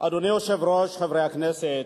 אדוני היושב-ראש, חברי הכנסת,